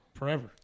forever